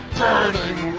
burning